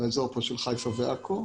באזור של חיפה ועכו.